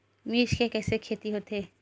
मिर्च के कइसे खेती होथे?